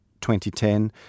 2010